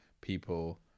people